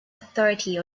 authority